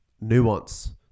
Nuance